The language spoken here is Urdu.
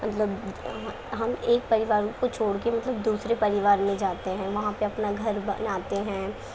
مطلب ہم ایک پریوار کو چھوڑ کے مطلب دوسرے پریوار میں جاتے ہیں وہاں پہ اپنا گھر بناتے ہیں